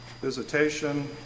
visitation